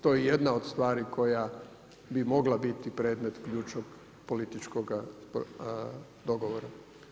To je jedna od stvari koja bi mogla biti predmet ključnog političkoga dogovora.